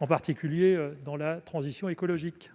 en particulier dans la transition écologique.